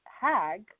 hag